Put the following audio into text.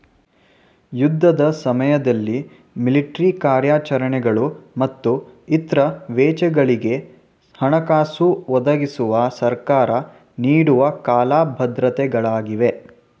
ಯುದ್ಧದ ಸಮಯದಲ್ಲಿ ಮಿಲಿಟ್ರಿ ಕಾರ್ಯಾಚರಣೆಗಳು ಮತ್ತು ಇತ್ರ ವೆಚ್ಚಗಳಿಗೆ ಹಣಕಾಸು ಒದಗಿಸುವ ಸರ್ಕಾರ ನೀಡುವ ಕಾಲ ಭದ್ರತೆ ಗಳಾಗಿವೆ